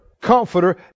comforter